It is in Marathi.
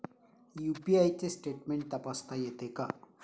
यु.पी.आय चे स्टेटमेंट तपासता येते का?